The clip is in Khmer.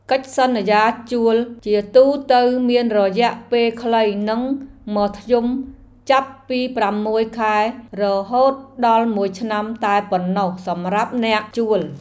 កិច្ចសន្យាជួលជាទូទៅមានរយៈពេលខ្លីនិងមធ្យមចាប់ពីប្រាំមួយខែរហូតដល់មួយឆ្នាំតែប៉ុណ្ណោះសម្រាប់អ្នកជួល។